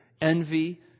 Envy